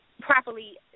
properly